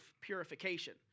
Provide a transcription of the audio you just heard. purification